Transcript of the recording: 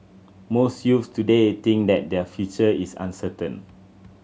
most youths today think that their future is uncertain